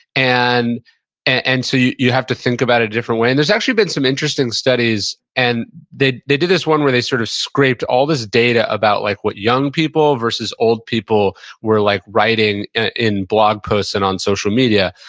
and and so you you have to think about it a different way and there's actually been some interesting studies, and they they did this one where they sort of scraped all this data about like what young people versus old people were like writing in blog posted on social media.